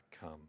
come